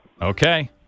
Okay